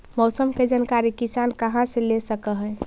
मौसम के जानकारी किसान कहा से ले सकै है?